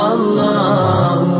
Allah